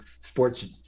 sports